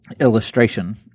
illustration